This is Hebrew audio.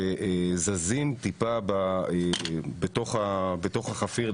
שזזים טיפה בתוך החפיר,